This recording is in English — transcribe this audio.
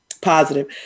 positive